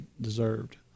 deserved